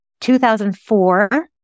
2004